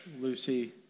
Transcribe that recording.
Lucy